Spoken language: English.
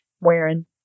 wearing